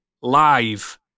live